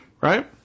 Right